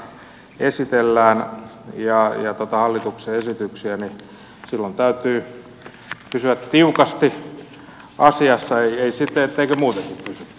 kun täällä asioita esitellään ja hallituksen esityksiä niin silloin täytyy pysyä tiukasti asiassa ei niin etteikö mua